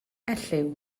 elliw